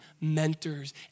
mentors